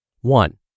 One